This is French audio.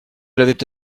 l’avaient